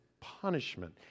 punishment